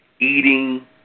eating